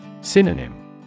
Synonym